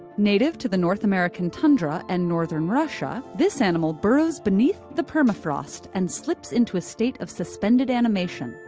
native to the north american tundra and northern russia, this animal burrows beneath the permafrost and slips into a state of suspended animation,